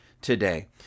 today